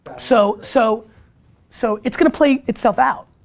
so so so, it's gonna play itself out.